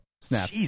Snap